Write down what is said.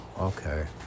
okay